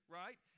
right